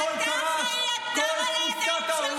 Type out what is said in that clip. חבר הכנסת לוי.